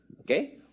Okay